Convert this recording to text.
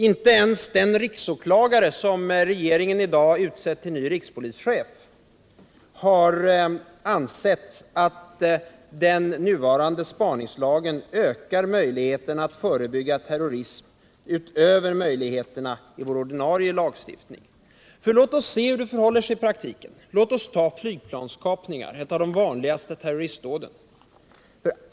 Inte ens den riksåklagare som regeringen i dag utsett till ny rikspolischef har ansett att den nuvarande spaningslagen ökar förutsättningarna att förebygga terrorism utöver de möjligheter som vår ordinarie lagstiftning ger. Låt oss se hur det förhåller sig i praktiken! Låt oss ta flygplanskapningar — ett av de vanligaste terroristdåden.